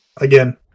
again